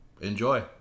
Enjoy